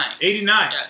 Eighty-nine